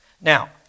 Now